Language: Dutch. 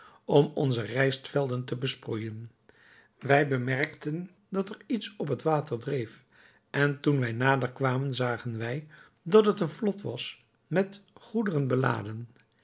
om onze rijstvelden te besproeijen wij bemerkten dat er iets op het water dreef en toen wij nader kwamen zagen wij dat het een vlot was met goederen beladen